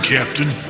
Captain